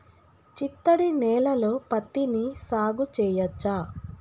చిత్తడి నేలలో పత్తిని సాగు చేయచ్చా?